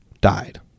died